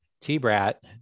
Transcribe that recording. T-Brat